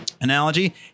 analogy